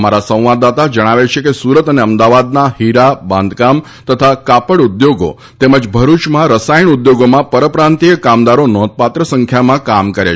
અમારા સંવાદદાતા જણાવે છે કે સુરત અને અમદાવાદના હીરા બાંધકામ તથા કાપડ ઉદ્યોગો તેમજ ભરૂચમાં રસાયણ ઉદ્યોગોમાં પરપ્રાંતિય કામદારો નોંધપાત્ર સંખ્યામાં કામ કરે છે